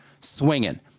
swinging